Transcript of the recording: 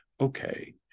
okay